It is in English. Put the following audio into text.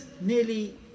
nearly